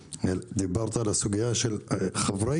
דיברת על הסוגיה של חברי